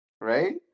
right